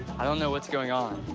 i don't know what's going on.